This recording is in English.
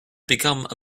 become